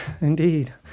indeed